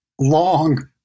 long